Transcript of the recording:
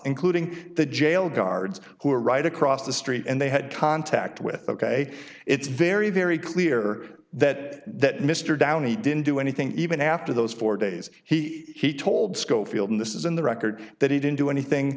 including the jail guards who are right across the street and they had contact with ok it's very very clear that that mr downey didn't do anything even after those four days he told schofield this is in the record that he didn't do anything